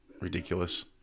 ridiculous